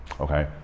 okay